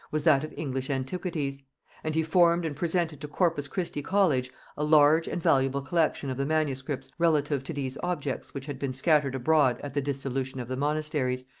was that of english antiquities and he formed and presented to corpus christi college a large and valuable collection of the manuscripts relative to these objects which had been scattered abroad at the dissolution of the monasteries,